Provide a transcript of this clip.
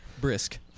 Brisk